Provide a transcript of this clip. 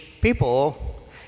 people